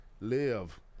live